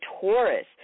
Taurus